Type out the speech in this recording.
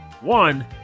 One